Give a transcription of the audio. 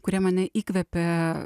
kurie mane įkvėpė